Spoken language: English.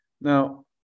now